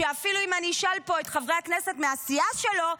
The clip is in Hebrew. שאפילו אם אני אשאל פה את חברי הכנסת מהסיעה שלו,